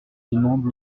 demande